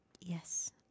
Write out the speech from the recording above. yes